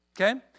Okay